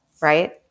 right